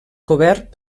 cobert